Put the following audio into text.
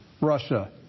Russia